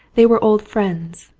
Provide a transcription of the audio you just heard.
they were old friends,